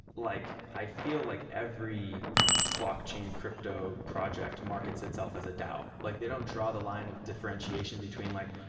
like i feel like every blockchain crypto project markets itself as a dao. like they don't draw the line of differentiation between like,